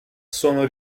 sono